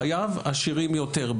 חייו עשירים יותר,